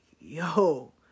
yo